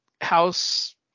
house